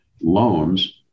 loans